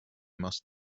must